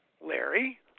Larry